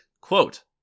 quote